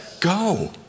Go